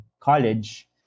college